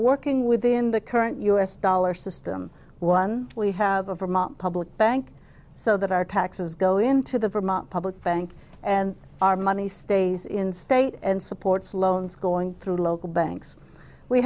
working within the current u s dollar system one we have a vermont public bank so that our taxes go into the vermont public bank and our money stays in state and supports loans going through local banks we